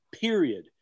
period